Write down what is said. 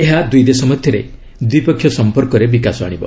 ଏହା ଦୁଇ ଦେଶ ମଧ୍ୟରେ ଦ୍ୱିପକ୍ଷିୟ ସମ୍ପର୍କରେ ବିକାଶ ଆଶିବ